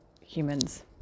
humans